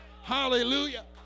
Hallelujah